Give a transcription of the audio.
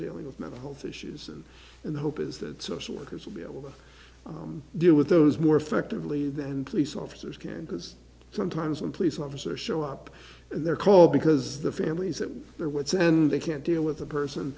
dealing with mental health issues and in the hope is that social workers will be able to deal with those more effectively than police officers can because sometimes when police officer show up they're called because the families that were there once and they can't deal with the person